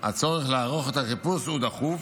הצורך לערוך את החיפוש הוא דחוף,